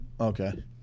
Okay